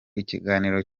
ikiganiro